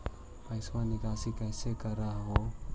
पैसवा निकासी कैसे कर हो?